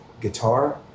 guitar